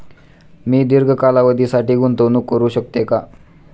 मी दीर्घ कालावधीसाठी गुंतवणूक करू शकते का?